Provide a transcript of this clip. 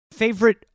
Favorite